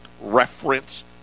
reference